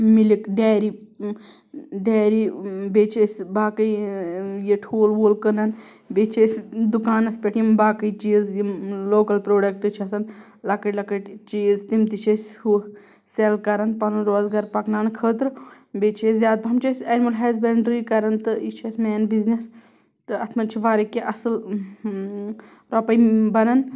milk dairy dairy بیٚیہِ چھِ أسۍ باقٕے یہِ ٹھوٗل وول کٕنان بٚییہِ چھِ أسۍ دُکانس پٮ۪ٹھ یِم باقٕے چیز یم لوکَل پروڑکٹ چھِ آسان لَکٕٹ لَکٕٹ تِم تہِ چھِ أسۍ ہُہ سٮ۪ل کَران پَنُن روزگار پکناونہ خٲطرٕ بیٚیہِ چھِ أسۍ زیادٕ پہم چھِ أسۍ اینمٕل ہسبنڑری کَران تہٕ یہِ چھُ اَسہ مین بِزنٮ۪س تہٕ اَتھ منٛز چھُ واریاہ کیٚنٛہہ اصل رۄپاے بَنان